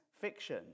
fiction